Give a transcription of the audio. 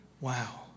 Wow